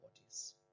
bodies